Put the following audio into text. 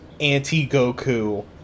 anti-Goku